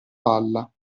palla